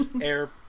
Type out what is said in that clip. Air